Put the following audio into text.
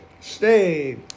stay